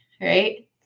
right